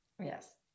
Yes